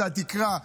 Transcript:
זאת התקרה.